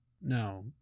No